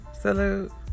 Salute